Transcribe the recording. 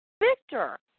Victor